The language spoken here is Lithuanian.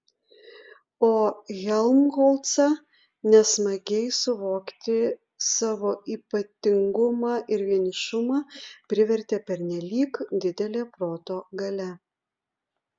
o helmholcą nesmagiai suvokti savo ypatingumą ir vienišumą privertė pernelyg didelė proto galia